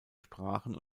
sprachen